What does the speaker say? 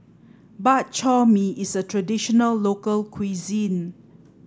Bak Chor Mee is a traditional local cuisine